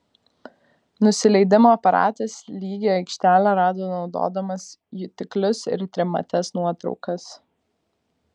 nusileidimo aparatas lygią aikštelę rado naudodamas jutiklius ir trimates nuotraukas